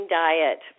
diet